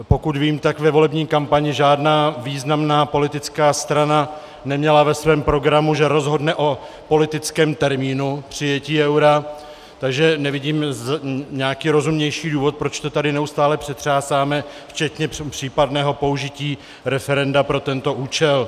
Pokud vím, tak ve volební kampani žádná významná politická strana neměla ve svém programu, že rozhodne o politickém termínu přijetí eura, takže nevidím nějaký rozumnější důvod, proč to tady neustále přetřásáme, včetně případného použití referenda pro tento účel.